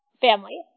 family